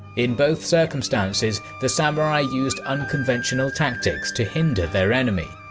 in both circumstances the samurai used unconventional tactics to hinder their enemy.